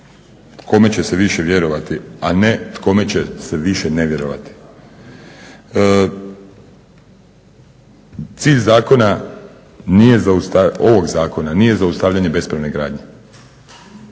kome će se više vjerovati, a ne kome će se više nevjerovati. Cilj ovog zakona nije zaustavljanje bespravne gradnje,